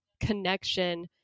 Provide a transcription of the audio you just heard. connection